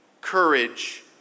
courage